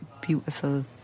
beautiful